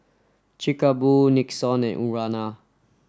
chic a Boo Nixon and Urana